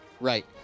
Right